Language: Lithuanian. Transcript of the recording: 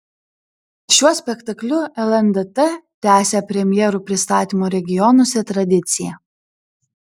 šiuo spektakliu lndt tęsia premjerų pristatymo regionuose tradiciją